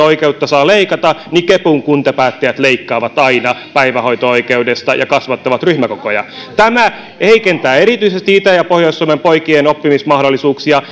oikeutta saa leikata niin kepun kuntapäättäjät leikkaavat aina päivähoito oikeudesta ja kasvattavat ryhmäkokoja tämä heikentää erityisesti itä ja pohjois suomen poikien oppimismahdollisuuksia